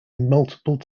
multiple